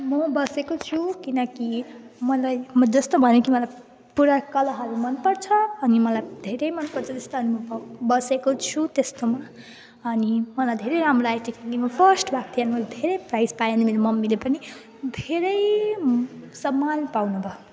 म बसेको छु किनकि मलाई म जस्तो भने कि मलाई पुरा कलहल मनपर्छ अनि मलाई धेरै मनपर्छ जस्तै हामी भक बसेको छु त्यस्तोमा अनि मलाई धेरै राम्रो लागेको थियो कि म फर्स्ट गएको थिएँ धेरै प्राइज पाएँ अनि मेरो मम्मीले पनि धेरै सम्मान पाउनु भयो